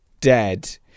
dead